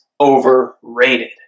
overrated